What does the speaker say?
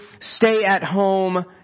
stay-at-home